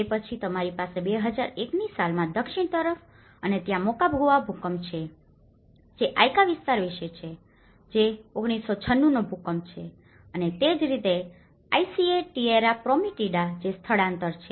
તે પછી તમારી પાસે 2001 ની સાલમાં દક્ષિણ તરફ અને ત્યાં મોકાગુઆ ભૂકંપ છે જે આઈકા વિસ્તાર વિશે છે જે 1996 નો ભૂકંપ છે અને તે જ રીતે આઇસીએ ટિએરા પ્રોમેટિડા જે સ્થળાંતર છે